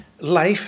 life